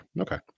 okay